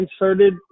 inserted